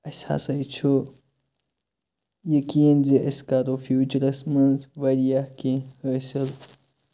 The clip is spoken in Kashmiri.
اَسہِ ہَسا چھُ یقین زِ أسۍ کَرو فیوچرَس مَنٛز واریاہ کینٛہہ حٲصِل